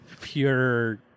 pure